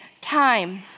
time